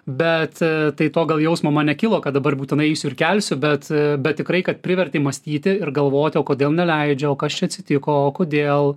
bet tai to gal jausmo man nekilo kad dabar būtinai eisiu ir kelsiu bet bet tikrai kad privertė mąstyti ir galvoti o kodėl neleidžia o kas čia atsitiko o kodėl